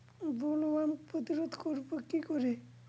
Bollworm প্রতিরোধ করব কি করে?